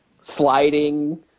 Sliding